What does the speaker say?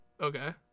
Okay